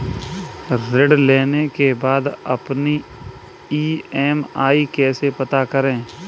ऋण लेने के बाद अपनी ई.एम.आई कैसे पता करें?